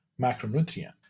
macronutrient